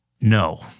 No